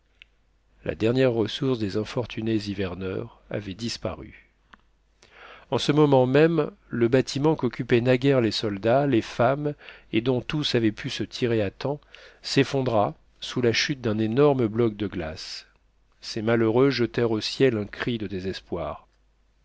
la dernière ressource des infortunés hiverneurs avait disparu en ce moment même le bâtiment qu'occupaient naguère les soldats les femmes et dont tous avaient pu se tirer à temps s'effondra sous la chute d'un énorme bloc de glace ces malheureux jetèrent au ciel un cri de désespoir